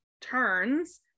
turns